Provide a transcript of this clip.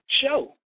show